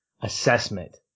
assessment